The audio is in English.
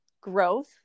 growth